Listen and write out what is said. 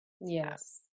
Yes